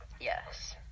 Yes